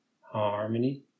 harmony